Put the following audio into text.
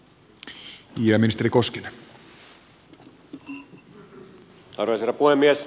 arvoisa herra puhemies